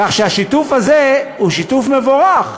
כך שהשיתוף הזה הוא שיתוף מבורך.